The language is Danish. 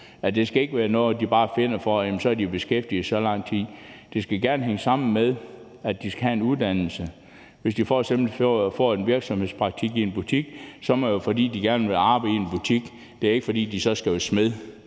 Det skal ikke være noget, de bare finder, så de er beskæftigede i så lang tid. Det skal gerne hænge sammen med, at de skal have en uddannelse. Hvis de f.eks. får en virksomhedspraktik i en butik, må det jo være, fordi de gerne vil arbejde i en butik. Det er ikke, fordi de så skal være